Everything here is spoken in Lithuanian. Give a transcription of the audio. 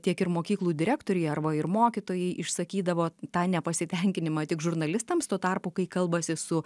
tiek ir mokyklų direktoriai arba ir mokytojai išsakydavo tą nepasitenkinimą tik žurnalistams tuo tarpu kai kalbasi su